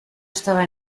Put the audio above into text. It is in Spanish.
estaba